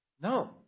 No